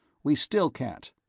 we still can't.